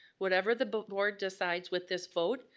whatever the but board decides with this vote,